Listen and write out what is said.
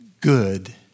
good